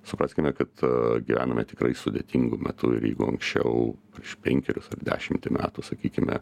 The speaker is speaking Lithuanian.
supraskime kad gyvename tikrai sudėtingu metu ir jeigu anksčiau prieš penkerius ar dešimtį metų sakykime